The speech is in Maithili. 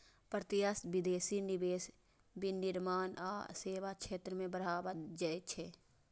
प्रत्यक्ष विदेशी निवेश विनिर्माण आ सेवा क्षेत्र कें बढ़ावा दै छै